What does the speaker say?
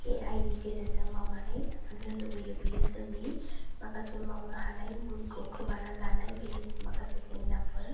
ए आइ नि गेजेरजों मावनानै मोननो लुबैयो बियो जोंनि माखासे मावनो हानायनि गुनखौ खोमाना लानाय बियो माखासे जेंनाफोर